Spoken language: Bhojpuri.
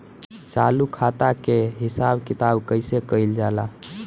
चालू खाता के हिसाब किताब कइसे कइल जाला?